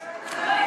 סתיו,